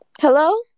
Hello